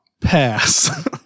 Pass